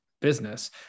business